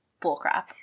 bullcrap